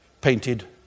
painted